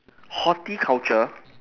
horticulture